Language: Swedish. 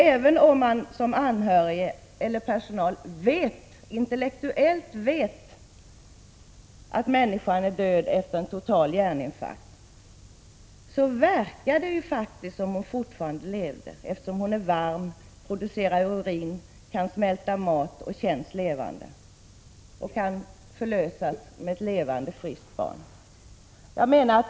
Även om man som anhörig eller personal intellektuellt vet att människan är död efter en total hjärninfarkt, verkar det faktiskt som om hon fortfarande levde, eftersom hon är varm, producerar urin, kan smälta mat, känns levande och kan förlösas med ett levande, friskt barn.